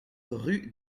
rue